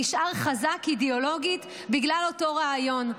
נשאר חזק אידיאולוגית בגלל אותו רעיון,